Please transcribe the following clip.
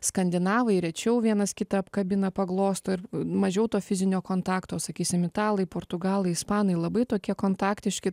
skandinavai rečiau vienas kitą apkabina paglosto ir mažiau to fizinio kontakto o sakysim italai portugalai ispanai labai tokie kontaktiški